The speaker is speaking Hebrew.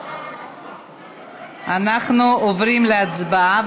אנחנו עוברים להצבעה,